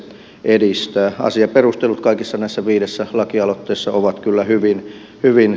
asiaperustelut kaikissa näissä viidessä lakialoitteessa ovat kyllä hyvin selkeät